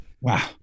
Wow